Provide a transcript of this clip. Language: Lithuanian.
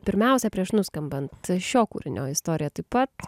pirmiausia prieš nuskambant šio kūrinio istorija taip pat